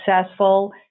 successful